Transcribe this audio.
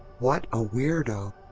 what a weirdo.